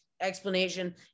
explanation